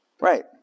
Right